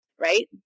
right